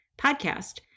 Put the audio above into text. podcast